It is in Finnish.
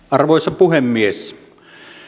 arvoisa puhemies